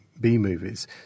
B-movies